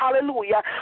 hallelujah